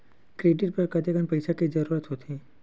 Credit बर कतेकन पईसा के जरूरत होथे?